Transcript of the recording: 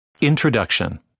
Introduction